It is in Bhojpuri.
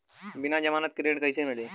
बिना जमानत के ऋण कईसे मिली?